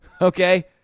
okay